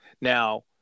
now